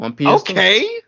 okay